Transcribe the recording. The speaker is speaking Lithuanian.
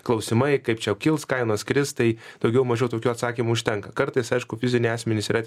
klausimai kaip čia kils kainos kris tai daugiau mažiau tokių atsakymų užtenka kartais aišku fiziniai asmenys yra